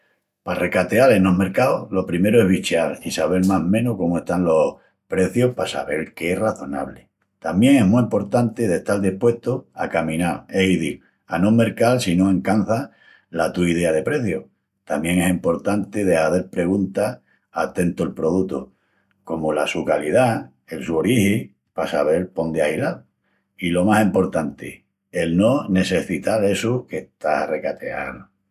Pa recateal enos mercaus, lo primeru es bicheal i sabel más menus cómu están los precius pa sabel qué es razonabli. Tamién es mu emportanti d'estal dispuestu a caminal, es izil, a no mercal si no ancanças la tu idea de preciu. Tamién es emportanti de hazel preguntas a tentu'l produtu, comu la su calidá i el su origi, pa sabel póndi ahilal. I lo más emportanti, el no nessecital essu qu'estás a recateal.